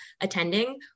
attending